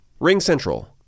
RingCentral